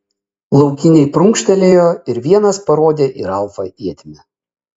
laukiniai prunkštelėjo ir vienas parodė į ralfą ietimi